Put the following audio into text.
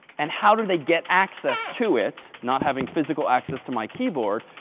and how do they get access to it not having physical access to my keyboard?